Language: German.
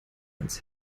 ans